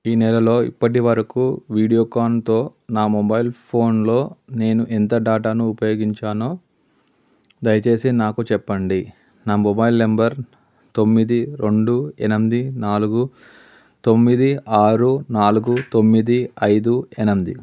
ఈ నెలలో ఇప్పటివరకు వీడియోకాన్తో నా మొబైల్ ఫోన్లో నేను ఎంత డేటాను ఉపయోగించానో దయచేసి నాకు చెప్పండి నా మొబైల్ నంబర్ తొమ్మిది రెండు ఎనిమిది నాలుగు తొమ్మిది ఆరు నాలుగు తొమ్మిది ఐదు ఎనిమిది